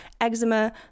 eczema